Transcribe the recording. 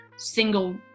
single